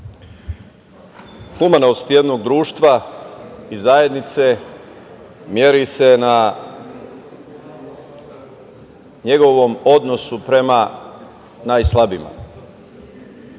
humanost jednog društva i zajednice meri se na njegovom odnosu prema najslabijima. Prateći